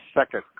second